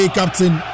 captain